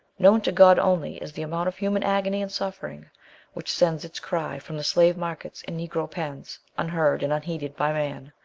known to god only is the amount of human agony and suffering which sends its cry from the slave markets and negro pens, unheard and unheeded by man,